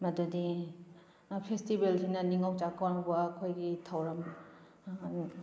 ꯃꯗꯨꯗꯤ ꯐꯦꯁꯇꯤꯚꯦꯜꯗꯨꯅ ꯅꯤꯡꯉꯣꯜ ꯆꯥꯛꯀꯧꯕ ꯑꯩꯈꯣꯏꯒꯤ ꯊꯧꯔꯝ